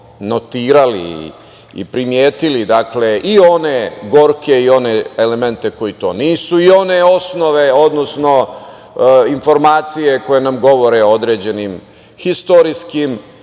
notirali i primetili i one gorke i one elemente koji to nisu, i one osnove, odnosno informacije koje nam govore određenim istorijskim